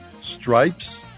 Stripes